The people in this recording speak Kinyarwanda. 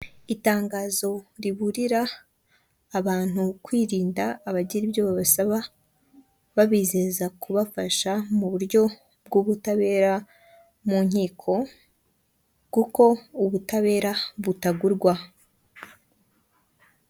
Itangazo riburira abantu kwirinda abagira ibyo babasaba, babizeza kubafasha mu buryo bw' ubutabera mu nkiko kuko ubutabera butagurwa.